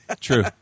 True